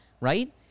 right